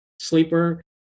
sleeper